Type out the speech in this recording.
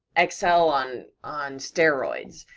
excel on on steroids,